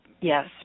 yes